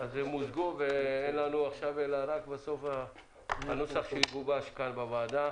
הן מוזגו ואין לנו עכשיו אלא הנוסח שיגובש כאן בוועדה,